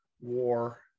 war